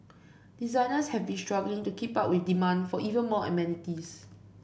designers have been struggling to keep up with demand for even more amenities